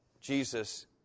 Jesus